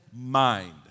mind